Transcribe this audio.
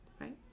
right